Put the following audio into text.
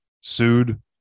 sued